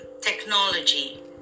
Technology